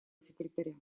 секретаря